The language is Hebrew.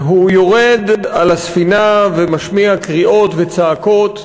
והוא יורד על הספינה ומשמיע קריאות וצעקות,